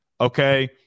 okay